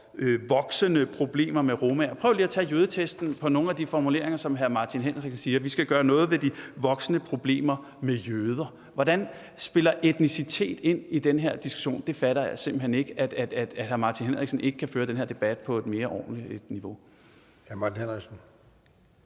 voksende problemer med romaer. Prøv lige at tage jødetesten på nogle af de formuleringer, som hr. Martin Henriksen bruger: Vi skal gøre noget ved de voksende problemer med jøder. Hvordan spiller etnicitet ind i den her diskussion? Jeg fatter simpelt hen ikke, at hr. Martin Henriksen ikke kan føre den her debat på et mere ordentligt niveau.